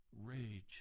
rage